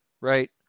right